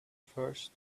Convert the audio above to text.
first